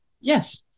Yes